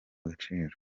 agaciro